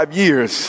years